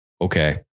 okay